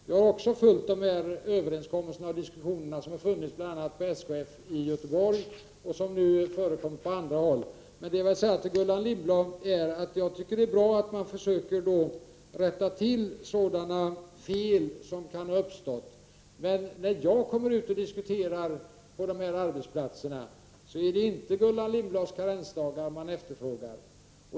Jag har också följt de diskussioner som förts bl.a. vid SKF i Göteborg och som nu också förekommer på andra håll. Men till Gullan Lindblad vill jag säga att det är bra att man försöker rätta till fel som kan ha uppstått. När jag emellertid kommer ut på arbetsplatserna och diskuterar dessa frågor, så är det inte Gullan Lindblads karensdagar människor efterfrågar.